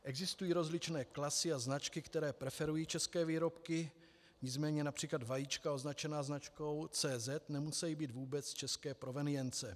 Existují rozličné klasy a značky, které preferují české výrobky, nicméně například vajíčka označená značkou CZ nemusejí být vůbec české provenience.